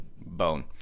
bone